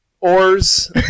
oars